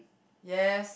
yes